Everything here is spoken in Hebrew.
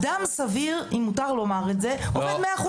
אדם סביר, אם מותר לומר את זה עובד 100% משרה.